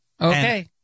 Okay